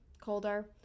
colder